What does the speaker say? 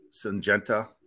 Syngenta